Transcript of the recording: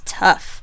tough